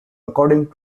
according